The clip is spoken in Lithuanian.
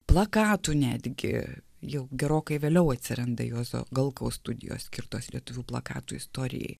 plakatų netgi jau gerokai vėliau atsiranda juozo galkaus studijos skirtos lietuvių plakatų istorijai